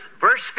verse